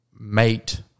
mate